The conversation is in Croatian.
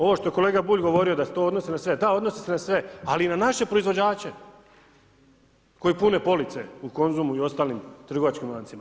Ovo što je kolega Bulj govorio da se to odnosi na sve, da odnosi se na sve, ali i na naše proizvođače koji pune police u Konzumu i ostalim trgovačkim lancima.